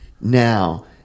now